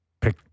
pick